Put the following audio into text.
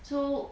so